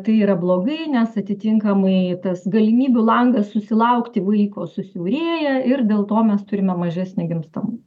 tai yra blogai nes atitinkamai tas galimybių langas susilaukti vaiko susiaurėja ir dėl to mes turime mažesnį gimstamumą